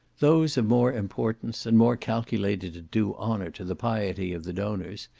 those of more importance, and more calculated to do honour to the piety of the donors,